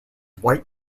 white